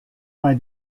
bei